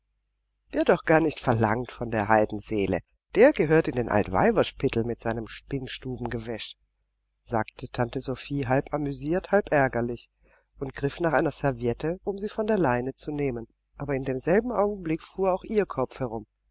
wird auch gar nicht verlangt von der heldenseele der gehört in den altweiberspittel mit seinem spinnstubengewäsch sagte tante sophie halb amüsiert halb ärgerlich und griff nach einer serviette um sie von der leine zu nehmen aber in demselben augenblick fuhr auch ihr kopf herum